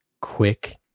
quick